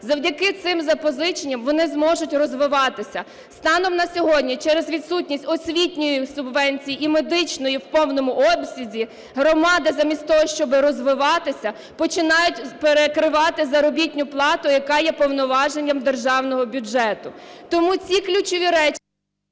Завдяки цим запозиченням вони зможуть розвиватися. Станом на сьогодні через відсутність освітньої субвенції і медичної в повному обсязі громади, замість того щоб розвиватися, починають перекривати заробітну плату, яка є повноваженням державного бюджету. Тому ці ключові речі…